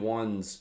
ones